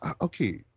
Okay